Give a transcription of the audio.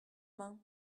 main